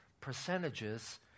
percentages